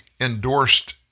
endorsed